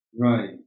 Right